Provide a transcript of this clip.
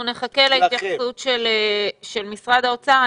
אנחנו נחכה להתייחסות של משרד האוצר.